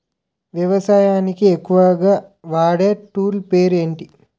వ్యవసాయానికి ఎక్కువుగా వాడే టూల్ పేరు ఏంటి?